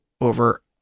over